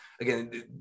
again